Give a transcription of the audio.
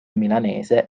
milanese